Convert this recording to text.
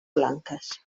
blanques